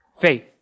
faith